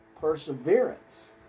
perseverance